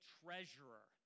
treasurer